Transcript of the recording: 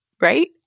right